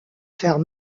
faire